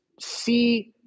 see